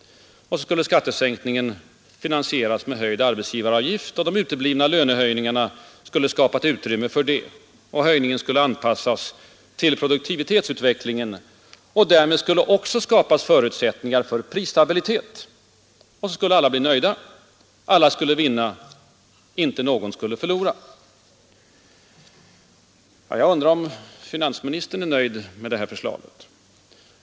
Skattesänkningen skulle finansieras med höjd arbetsgivaravgift, och de uteblivna lönehöjningarna skulle skapa ett utrymme härför. Höjningen skulle anpassas till produktivitetsutvecklingen. Därmed skulle också skapas förutsättningar för prisstabilitet. Och alla skulle bli nöjda. Alla skulle vinna. Inte någon skulle förlora. Jag undrar om finansministern är nöjd med det här förslaget?